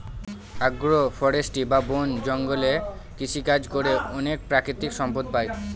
আগ্র ফরেষ্ট্রী বা বন জঙ্গলে কৃষিকাজ করে অনেক প্রাকৃতিক সম্পদ পাই